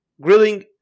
grilling